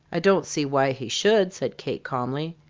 i don't see why he should, said kate, calmly.